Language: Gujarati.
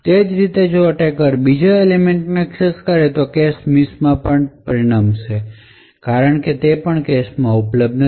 એ જ રીતે જો એટેકર બીજા એલિમેંટને એક્સેસ કરે છે તો તે કેશ મિસ પણ પરિણમે છે કારણ કે તે કેશ માં ઉપલબ્ધ નથી